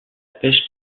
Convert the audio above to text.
pêche